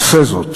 עשה זאת.